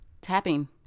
tapping